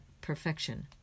perfection